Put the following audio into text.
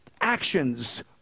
Actions